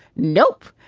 nope,